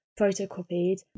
photocopied